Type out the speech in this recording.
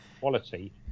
quality